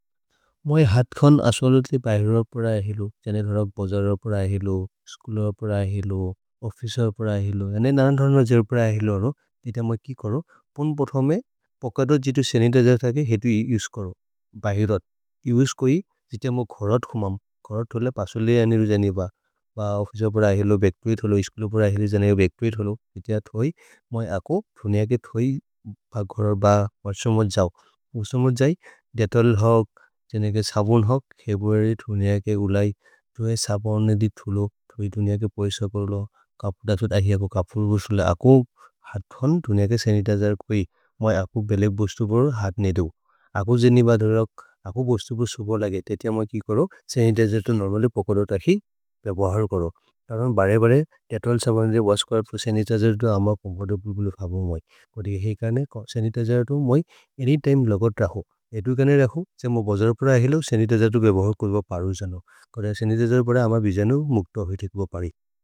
मोइ हथ् खन् अस्वल्ति बहिरत् प्रएअहिलु, जने धरक् बजर्र प्रएअहिलु, स्कुल प्रएअहिलु, ओफिस प्रएअहिलु। जने नरन् धरन् जर प्रएअहिलु अरो, दित मोइ कि करो, पोन् पोथोमे पकद जितु सेनतोर् जतके हेतु ही उस्करो। भहिरत्, ही उस्कोइ जित मोइ घरत् हुमम्, घरत् होल पसोले अनिरु जने ब। ब ओफिस प्रएअहिलु, बेक्तुइत् होलो। स्कुल प्रएअहिलु जने बेक्तुइत् होलो, जित जत् होइ, मोइ अको धुनिअ के थोइ। ब घरर् ब मोर्समज् जौ, मोर्समज् जै। देतल् होक्, जने के सबोन् होक्, खेबुअरे धुनिअ के उलै, जोहे सबोन् ने दिथुलो। जोहे धुनिअ के पैस कर्लो। दतो दहि अको कपुर् बसुले, अको हथ् खन्, धुनिअ के सेनतोर् कोइ। मोइ अको बेलेब् बोस्तु बोरो हथ् ने दो, अको जेनि बधरक्। अको बोस्तु बोरो सोबो लगे, तेतिय मोइ कि करो, सेनतोर् तो नोर्मले पकद तखि पेबहर् करो, तरो बरे बरे। देतल् सबोन् जै, वश् च्लोथ्, सनितिजेर् तो अम चोम्फोर्तब्ले बोलो फब मोइ। कोदि है कने, सनितिजेर् तो मोइ, अन्य् तिमे लगत् रहो। एदु कने रहो, जेमो बजर प्रएअहिलु, सनितिजेर् तो बेबहर् करो ब परु जनो, कोदि है सनितिजेर् प्रएअहिलु। अम विजनु मुक्त होइ धितु ब परि।